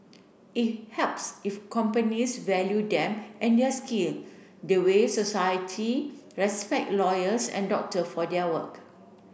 it helps if companies value them and their skill the way society respect lawyers and doctor for their work